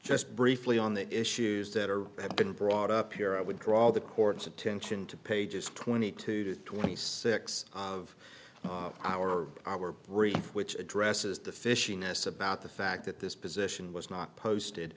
just briefly on the issues that are have been brought up here i would draw the court's attention to pages twenty two twenty six of our our brief which addresses the fishing s about the fact that this position was not posted